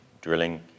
drilling